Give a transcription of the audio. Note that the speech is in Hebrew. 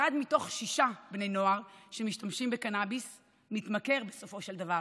אחד מתוך שישה בני נוער שמשתמשים בקנביס מתמכר בסופו של דבר,